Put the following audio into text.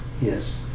Yes